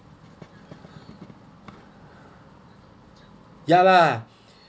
ya lah